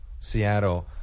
Seattle